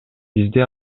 бизде